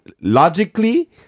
logically